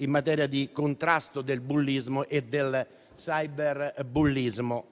in materia di contrasto del bullismo e del cyberbullismo